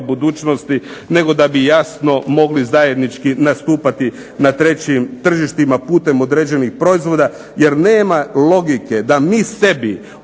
budućnosti nego da bi jasno mogli zajednički nastupati na trećim tržištima putem određenih proizvoda jer nama logike da mi sebi